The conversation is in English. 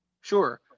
Sure